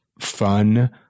fun